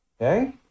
Okay